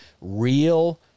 real